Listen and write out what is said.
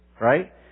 right